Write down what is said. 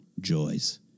joys